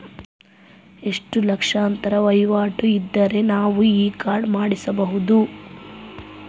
ಎಷ್ಟು ಲಕ್ಷಾಂತರ ವಹಿವಾಟು ಇದ್ದರೆ ನಾವು ಈ ಕಾರ್ಡ್ ಮಾಡಿಸಬಹುದು?